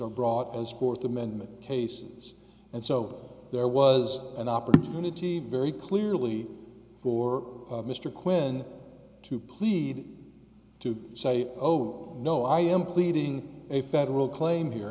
are brought as fourth amendment cases and so there was an opportunity very clearly for mr quinn to plead to say oh no i am pleading a federal claim here